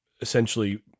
essentially